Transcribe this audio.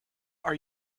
are